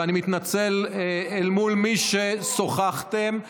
ואני מתנצל אל מול מי ששוחחתם איתם.